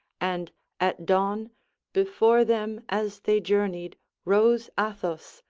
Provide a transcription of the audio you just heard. and at dawn before them as they journeyed rose athos,